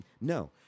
No